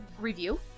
review